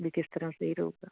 ਵੀ ਕਿਸ ਤਰ੍ਹਾਂ ਸਹੀ ਰਹੇਗਾ